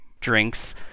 drinks